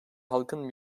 halkın